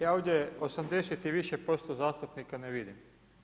Ja ovdje 80 i više posto zastupnika ne vidim.